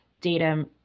data